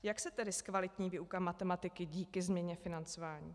Jak se tedy zkvalitní výuka matematiky díky změně financování?